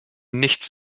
nichts